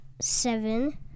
seven